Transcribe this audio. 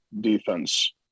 defense